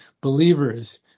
believers